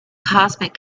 cosmic